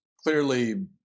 clearly